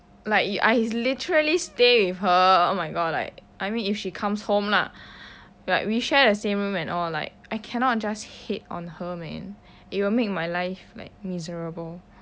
like I literally stay with her oh my god like I mean if she comes home lah like we share the same room and all like I cannot just hate on her man it will make my life like miserable